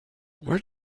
where